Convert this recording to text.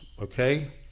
okay